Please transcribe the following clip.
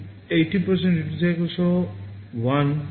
এটি 80 DUTY CYCLE সহ 1 KHz pulse